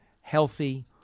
healthy